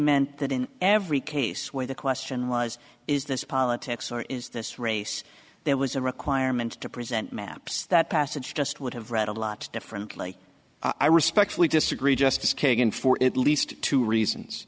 meant that in every case where the question was is this politics or is this race there was a requirement to present maps that passage just would have read a lot differently i respectfully disagree justice kagan for at least two reasons